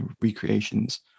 recreations